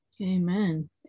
Amen